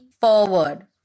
forward